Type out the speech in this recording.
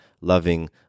loving